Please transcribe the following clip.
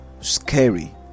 scary